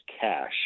cash